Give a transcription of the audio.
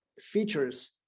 features